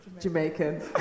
Jamaican